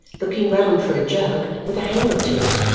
looking round for a jug with a handle to it,